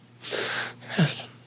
Yes